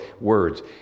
words